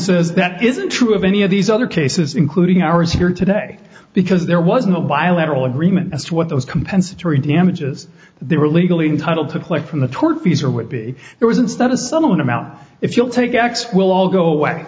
says that isn't true of any of these other cases including ours here today because there was no bilateral agreement as to what those compensatory damages they were legally entitled to collect from the tortfeasor would be there was instead a some of them out if you'll take x will all go away